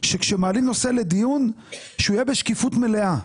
שכשמעלים נושא לדיון הוא יהיה בשקיפות מלאה.